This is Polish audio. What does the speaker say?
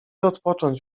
odpocząć